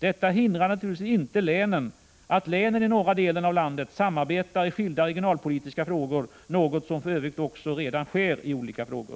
Detta hindrar naturligtvis inte att länen i norra delen av landet samarbetar i skilda regionalpolitiska frågor, något som för övrigt också redan sker i olika frågor.